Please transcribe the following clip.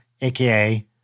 aka